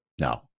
no